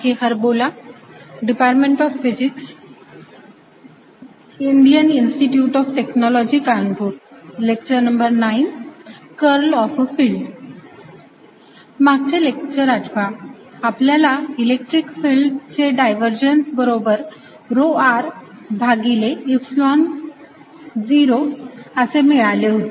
curl of a field I मागचे lecture आठवा आपल्याला इलेक्ट्रिक फिल्ड चे डायव्हर्जन्स बरोबर rho r भागिले epsilon 0 असे मिळाले होते